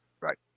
Right